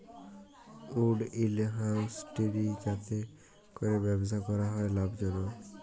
would industry যাতে ক্যরে ব্যবসা ক্যরা হ্যয় লাভজলক